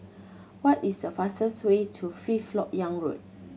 what is the fastest way to Fifth Lok Yang Road